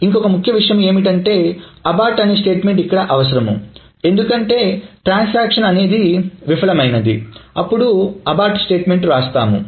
ఇంకొక ముఖ్య విషయం ఏమిటంటే అబర్ట్ అనే స్టేట్మెంట్ ఇక్కడ అవసరము ఎందుకంటే ట్రాన్సాక్షన్ అనేది విఫలమయ్యింది అప్పుడు అబర్ట్ స్టేట్మెంట్ వ్రాస్తాము